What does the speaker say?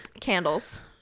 candles